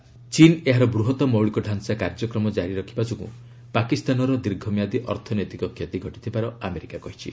US Pakistan ଚୀନ୍ ଏହାର ବୃହତ୍ ମୌଳିକ ତାଞ୍ଚା କାର୍ଯ୍ୟକ୍ରମ ଜାରି ରଖିବା ଯୋଗୁଁ ପାକିସ୍ତାନର ଦୀର୍ଘ ମିଆଦି ଅର୍ଥନୈତିକ କ୍ଷତି ଘଟିଥିବାର ଆମେରିକା କହିଛି